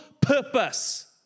purpose